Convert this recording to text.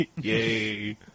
Yay